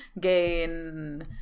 gain